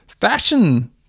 fashion